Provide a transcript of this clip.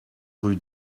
rue